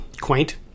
quaint